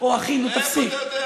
או, אחינו, תפסיק.